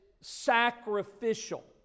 sacrificial